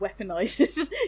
weaponizes